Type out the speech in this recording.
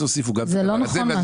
זה לא נכון.